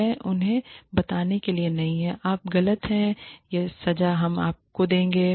यह उन्हें बताने के लिए नहीं है आप गलत हैं यह सजा हम आपको देंगे